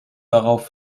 darauf